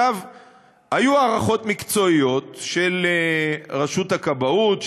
היו הערכות מקצועיות של רשות הכבאות,